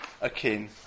akin